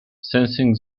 sensing